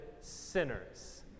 sinners